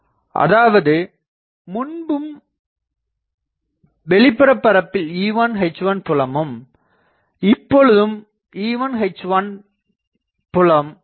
அதாவது முன்பும் வெளிப்புற பரப்பில் E1H1புலமும் இப்பொழுதும் E1H1 புலம் உள்ளது